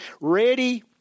ready